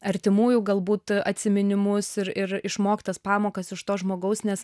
artimųjų galbūt atsiminimus ir ir išmoktas pamokas iš to žmogaus nes